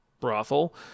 brothel